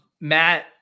Matt